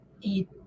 eat